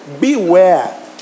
Beware